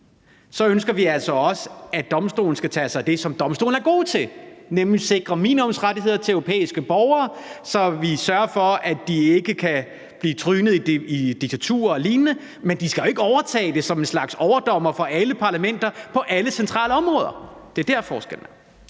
EU, ønsker, at domstolen skal tage sig af det, som domstolen er god til, nemlig at sikre minimumsrettigheder til europæiske borgere, så vi sørger for, at de ikke kan blive trynet i diktaturer og lignende, men den skal ikke overtage det som en slags overdommer for alle parlamenter på alle centrale områder. Det er der, forskellen er.